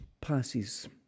passes